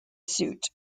suit